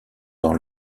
dans